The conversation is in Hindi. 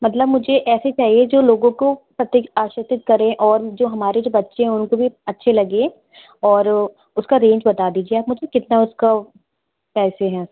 मतलब मुझे ऐसी चाहिए जो लोगों को प्रति आकर्षित करें और जो हमारे जो बच्चे हैं उनको भी अच्छी लगे और उसकी रेंज बता दीजिए आप मुझे कितने उसके पैसा हैं